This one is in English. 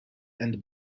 and